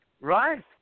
Right